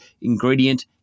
ingredient